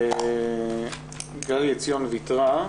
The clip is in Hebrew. גליה עציון ויתרה.